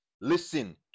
listen